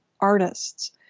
artists